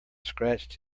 scratched